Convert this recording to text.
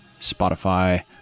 Spotify